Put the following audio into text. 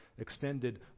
extended